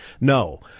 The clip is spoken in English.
No